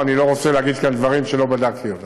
אני פשוט לא רוצה להגיד כאן דברים שלא בדקתי.